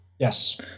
Yes